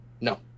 No